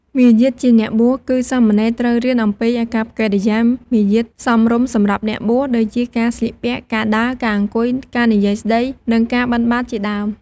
មារយាទជាអ្នកបួស គឺសាមណេរត្រូវរៀនអំពីកិរិយាមារយាទសមរម្យសម្រាប់អ្នកបួស ដូចជាការស្លៀកពាក់ ការដើរ ការអង្គុយ ការនិយាយស្តី និងការបិណ្ឌបាតជាដើម។